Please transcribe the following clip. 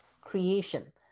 creation